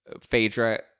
Phaedra